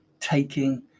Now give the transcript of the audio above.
taking